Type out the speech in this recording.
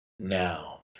Now